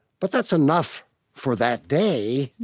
but that's enough for that day,